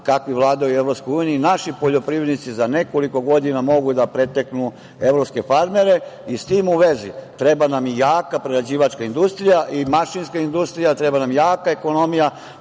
u Evropskoj uniji naši poljoprivrednici za nekoliko godina mogu da preteknu evropske farmere.S tim u vezi, treba nam jaka prerađivačka industrija i mašinska industrija, treba nam jaka ekonomija